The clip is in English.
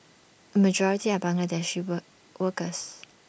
A majority are Bangladeshi ball workers